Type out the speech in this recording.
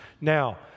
now